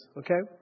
okay